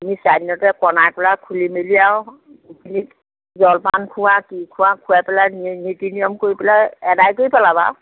তুমি চাৰি দিনতে কনাই পেলাই খুলি মেলি আৰু গোপিনীক জলপান খোওৱা কি খোওৱা খোৱাই পেলাই নী নীতি নিয়ম কৰি পেলাই এদায় কৰি পেলাবা আৰু